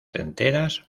enteras